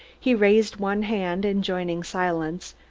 he raised one hand, enjoining silence,